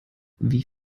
wie